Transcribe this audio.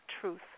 truth